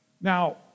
Now